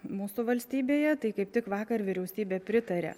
mūsų valstybėje tai kaip tik vakar vyriausybė pritarė